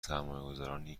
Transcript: سرمایهگذارنی